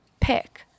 pick